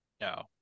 No